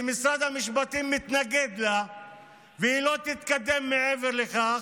ומשרד המשפטים מתנגד לה והיא לא תתקדם מעבר לכך,